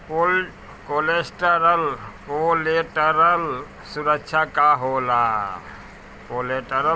Collateral सुरक्षा का होला?